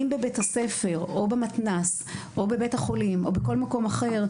אם בבית הספר או במתנ"ס או בבית החולים או בכל מקום אחר,